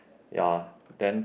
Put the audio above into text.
ya then